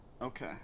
Okay